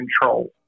control